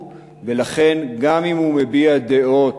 ולכן גם אם הוא מביע דעות